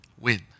win